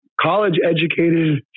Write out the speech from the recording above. College-educated